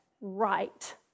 right